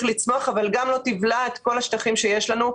לצמוח אבל גם לא תבלע את כל השטחים שיש לנו.